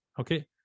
Okay